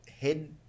head